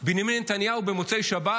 בנימין נתניהו במוצאי שבת